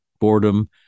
boredom